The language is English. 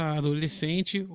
adolescente